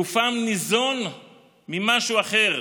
גופם ניזון ממשהו אחר,